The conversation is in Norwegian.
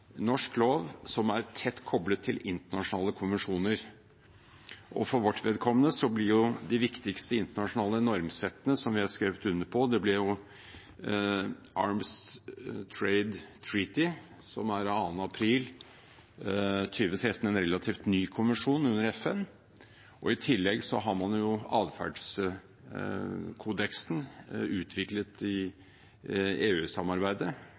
norsk lov som er tett koblet til internasjonale konvensjoner. For vårt vedkommende blir de viktigste internasjonale normsettene vi har skrevet under på, Arms Trade Treaty den 2. april 2013, en relativt ny konvensjon under FN, og i tillegg adferdskodeksen utviklet i EU-samarbeidet, som er noe eldre, men den ble fornyet så sent som i